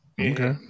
Okay